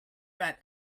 bad